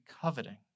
coveting